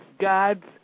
God's